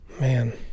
Man